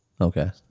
Okay